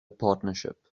partnership